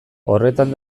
horretan